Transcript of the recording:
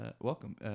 welcome